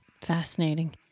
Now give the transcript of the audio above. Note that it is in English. Fascinating